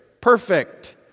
perfect